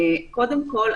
קודם כל,